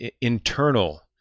internal